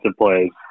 plays